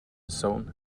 zone